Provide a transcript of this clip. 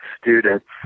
students